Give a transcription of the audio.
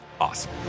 awesome